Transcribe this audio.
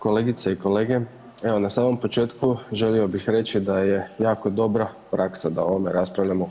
Kolegice i kolege, evo na samom početku želio bih reći da je jako dobra praksa da o ovome raspravljamo u HS.